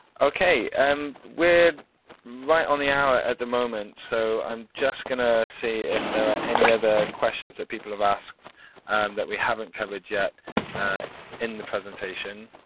okay um we're right on the hour at the moment so i'm just gonna see if there are any other questions that people have asked that we haven't covered yet in the presentation.